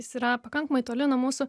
jis yra pakankamai toli nuo mūsų